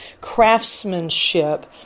craftsmanship